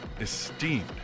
esteemed